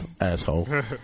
Asshole